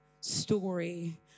story